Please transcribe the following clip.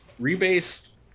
Rebase